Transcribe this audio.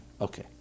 Okay